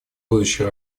будущей